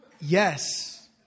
Yes